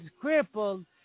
crippled